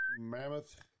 Mammoth